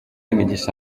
imigisha